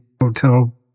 hotel